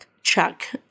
Chuck